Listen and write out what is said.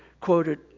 quoted